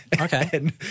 Okay